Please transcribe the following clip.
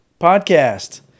Podcast